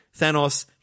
Thanos